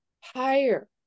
higher